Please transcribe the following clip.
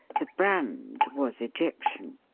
the brand was egyp tian.